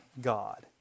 God